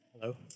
Hello